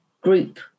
group